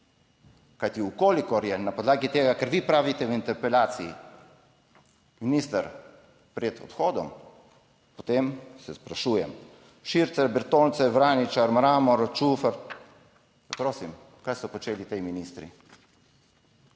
Kajti v kolikor je na podlagi tega, kar vi pravite v interpelaciji minister pred odhodom, potem se sprašujem, Šircelj, Bertoncelj, Vraničar, Mramor, Čufer, prosim, kaj so počeli ti ministri.